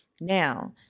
Now